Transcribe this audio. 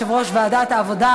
יושב-ראש ועדת העבודה,